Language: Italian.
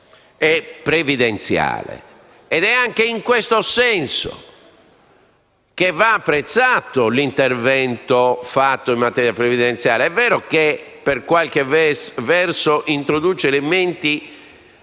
e previdenziale. Anche in questo senso va dunque apprezzato l'intervento fatto in materia previdenziale. È vero che, per qualche verso, introduce elementi